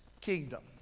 kingdom